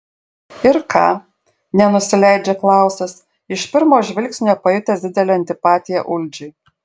ir ką nenusileidžia klausas iš pirmo žvilgsnio pajutęs didelę antipatiją uldžiui